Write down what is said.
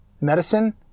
medicine